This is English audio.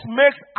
makes